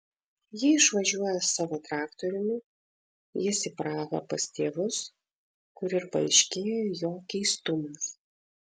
ji išvažiuoja savo traktoriumi jis į prahą pas tėvus kur ir paaiškėja jo keistumas